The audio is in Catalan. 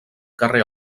carrer